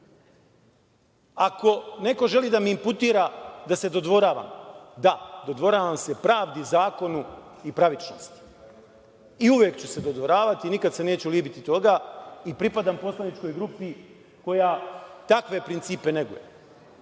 neko želi da mi imputira da se dodvoravam, da, dodvoravam se pravdi, zakonu i pravičnosti. I uvek ću se dodvoravati i nikad se neću libiti toga. Pripadam poslaničkoj grupi koja takve principe neguje